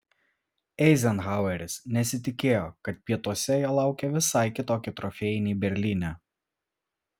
eizenhaueris nesitikėjo kad pietuose jo laukia visai kitokie trofėjai nei berlyne